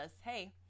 hey